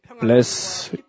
bless